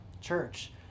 Church